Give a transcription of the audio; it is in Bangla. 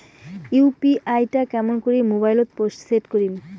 ইউ.পি.আই টা কেমন করি মোবাইলত সেট করিম?